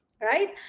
right